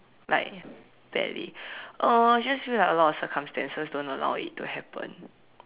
like barely uh I just feel like a lot of circumstances don't allow it to happen